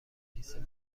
کنیسه